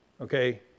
Okay